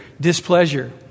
displeasure